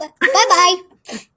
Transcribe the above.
Bye-bye